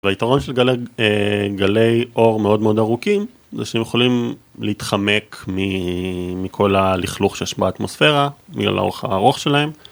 היתרון של גלי אור מאוד מאוד ארוכים זה שהם יכולים להתחמק מכל הלכלוך שיש באטמוספירה בגלל האורך הארוך שלהם